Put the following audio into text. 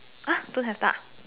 ah don't have duck